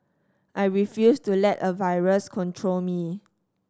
I refused to let a virus control me